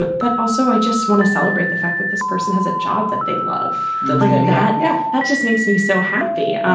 but but also, i just want to celebrate the fact that this person has a job that they love and that, yeah, that just makes me so happy.